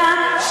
אתה חבר מפלגה,